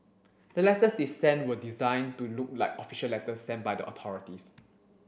the letters they sent were designed to look like official letters sent by the authorities